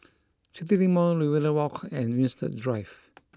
CityLink Mall Riverina Walk and Winstedt Drive